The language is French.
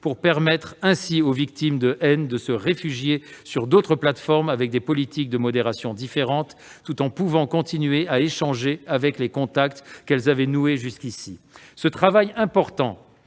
pour permettre aux victimes de haine de se réfugier sur d'autres plateformes ayant des politiques de modération différentes, tout en pouvant continuer à échanger avec les contacts qu'elles avaient noués jusqu'ici. Ce travail important